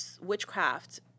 witchcraft